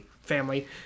family